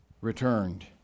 returned